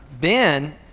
Ben